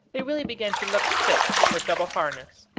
they really began to look fit for double harness.